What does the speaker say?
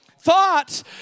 thoughts